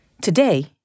Today